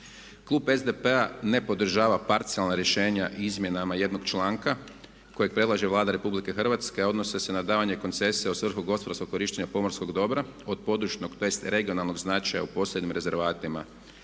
Klub SDP-a ne podržava parcijalna rješenja izmjenama jednog članka kojeg predlaže Vlada Republike Hrvatske a odnose se na davanje koncesija u svrhu gospodarskog korištenja pomorskog dobra od područnog … regionalnog značaja u posljednjim rezervatima.